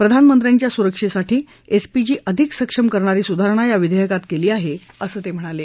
प्रधानमंत्र्यांच्या सुरक्षेसाठी एसपीजी अधिक सक्षम करणारी सुधारणा या विधेयकात केली आहे असं ते म्हणाले